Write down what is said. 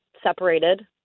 separated